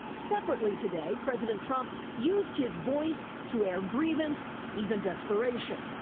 separately today president trump used his voice to air grievance, even desperation.